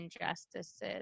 injustices